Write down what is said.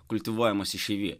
kultivuojamas išeivijoj